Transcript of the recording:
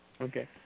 Okay